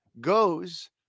goes